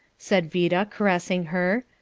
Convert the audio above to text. said vida, caressing her.